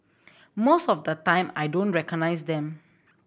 most of the time I don't recognise them